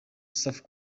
south